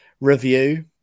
review